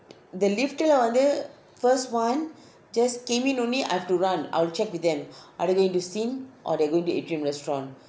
the lift leh வந்து:vanthu first one just came in only I have to run I will check with them are they going to scene or they going to atrium restaurant